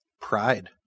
pride